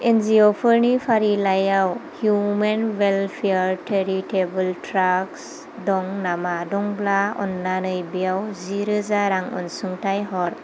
एनजिअफोरनि फारिलाइयाव human welfare charitable ट्राग्स दं नामा दंब्ला अन्नानै बेयाव जिरोजा रां अनसुंथाइ हर